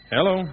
Hello